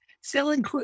selling